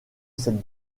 cette